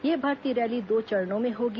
यह भर्ती रैली दो चरणों में होगी